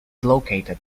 located